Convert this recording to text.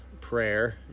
prayer